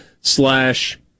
slash